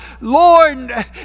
Lord